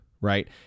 right